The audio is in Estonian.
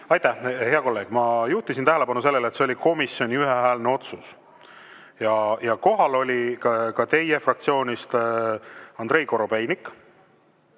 Aitäh! Hea kolleeg, ma juhtisin tähelepanu sellele, et see oli komisjoni ühehäälne otsus ja kohal oli teie fraktsioonist Andrei Korobeinik